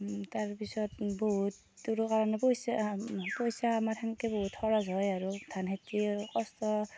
তাৰপিছত বহুতৰ কাৰণে পইচা পইচা আমাৰ সেনেকে বহুত খৰচ হয় আৰু ধানখেতি কষ্ট